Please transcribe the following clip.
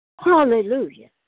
Hallelujah